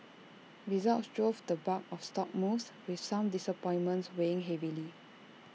results drove the bulk of stock moves with some disappointments weighing heavily